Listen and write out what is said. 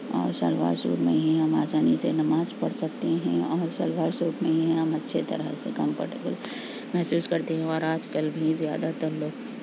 اور شلوار سوٹ میں ہی ہم آسانی سے نماز پڑھ سکتے ہیں اور شلوار سوٹ میں ہی ہم اچھے طرح سے کمفرٹیبل محسوس کرتے ہیں اور آج کل بھی زیادہ تر لوگ